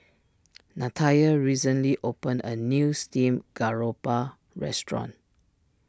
Natalya recently opened a new Steamed Garoupa restaurant